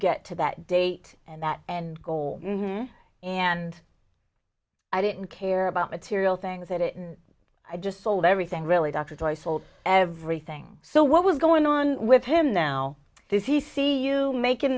get to that date and that and goal and i didn't care about material things at it and i just sold everything really dr joye sold everything so what was going on with him now does he see you making